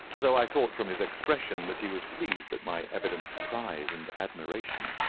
though i thought from his expression that he was pleased at my evident surprise and admiration.